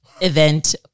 event